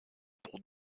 pour